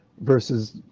versus